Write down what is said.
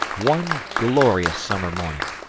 one glorious summer morning,